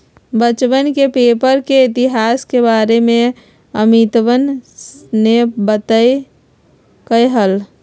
बच्चवन के पेपर के इतिहास के बारे में अमितवा ने बतल कई